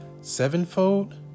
sevenfold